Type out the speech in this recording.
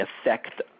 affect